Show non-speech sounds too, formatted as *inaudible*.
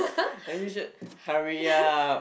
*breath* you should hurry up